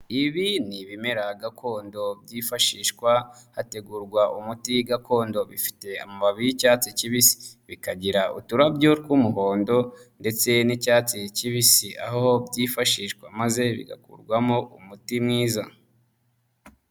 Ibi ni ibimera gakondo byifashishwa hategurwa umuti gakondo, bifite amababi y'icyatsi kibisi, bikagira uturabyo tw'umuhondo ndetse n'icyatsi kibisi, aho byifashishwa maze bigakurwamo umuti mwiza.